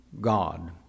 God